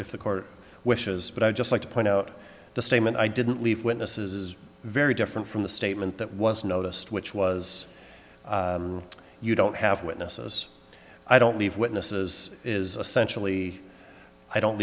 if the court wishes but i'd just like to point out the statement i didn't leave witnesses is very different from the statement that was noticed which was you don't have witnesses i don't leave witnesses is essentially i don't